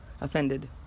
offended